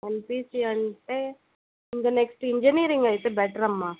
MPC అంటే ఇంకా next engineering అయితే బెటర్ అమ్మ